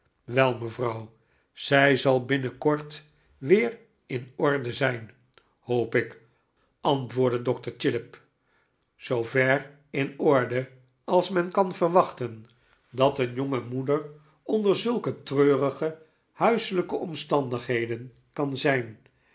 wel mevrouw zij zal binnenkort weer in orde zijn hoop ik antwoordde dokter chillip zoover in orde als men kan verwachten dat een jonge moeder onder zulke treurige huiselijke omstandigheden kan zijn